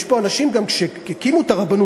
יש פה אנשים שגם כשהקימו את הרבנות,